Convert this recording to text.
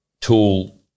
tool